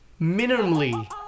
minimally